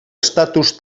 estatus